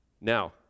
now